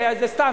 זה סתם.